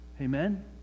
Amen